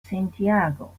santiago